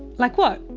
like what?